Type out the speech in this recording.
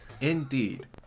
Indeed